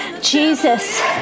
jesus